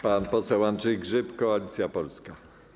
Pan poseł Andrzej Grzyb, Koalicja Polska.